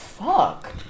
fuck